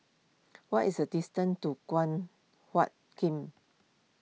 what is the distance to Guan Huat Kiln